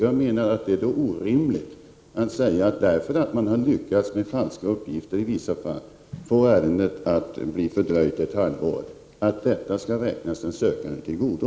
Jag menar att det är orimligt att säga att om man i vissa fall har lyckats att med falska uppgifter få ärendet att bli fördröjt ett halvår, så skall detta räknas den sökande till godo.